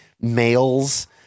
males